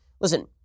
Listen